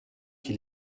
qui